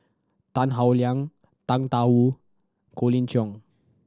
Tan Howe Liang Tang Da Wu Colin Cheong